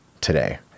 today